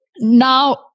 Now